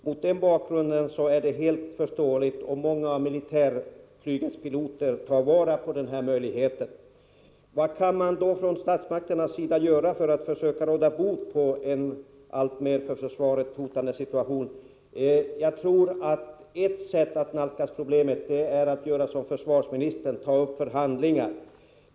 Mot den bakgrunden är det helt förståeligt om många av militärflygets piloter tar vara på denna möjlighet. Vad kan man då från statsmakternas sida göra för att försöka råda bot på en för försvaret alltmer hotande situation? Jag tror att ett sätt att nalkas problemet är att göra som försvarsministern, dvs. ta upp förhandlingar.